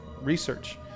research